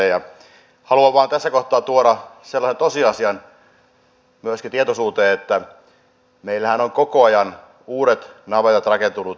haluan vaan tässä kohtaa tuoda myöskin sellaisen tosiasian tietoisuuteen että meillähän ovat koko ajan uudet navetat rakentuneet pihatoiksi